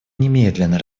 немедленно